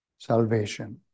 Salvation